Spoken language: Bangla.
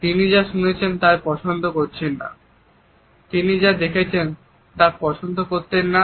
তিনি যা শুনছেন তাই পছন্দ করছেন না